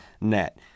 net